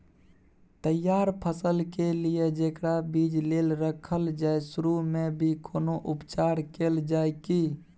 तैयार फसल के लिए जेकरा बीज लेल रखल जाय सुरू मे भी कोनो उपचार कैल जाय की?